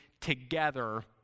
together